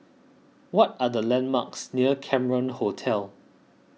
what are the landmarks near Cameron Hotel